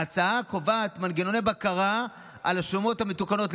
ההצעה קובעת מנגנוני בקרה על השומות המתוקנות,